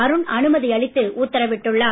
அருண் அனுமதி அளித்து உத்தரவிட்டுள்ளார்